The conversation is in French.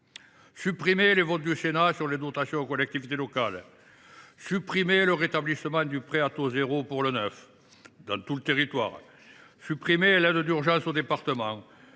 Supprimés les votes du Sénat sur les dotations aux collectivités locales ! Supprimé le rétablissement du prêt à taux zéro pour le logement neuf à tout le territoire ! Supprimée l’aide d’urgence aux départements